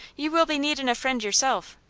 you will be needin' a friend yourself.